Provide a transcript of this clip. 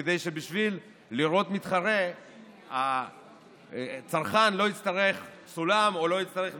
כדי שבשביל לראות מתחרה הצרכן לא יצטרך סולם או משקפת.